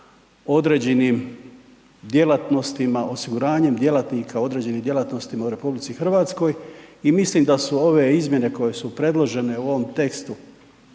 određenim djelatnostima, osiguranjem djelatnika određenih djelatnostima u RH i mislim da su ove izmjene koje su predložene u ovom tekstu